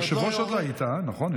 יושב-ראש עוד לא היית, נכון?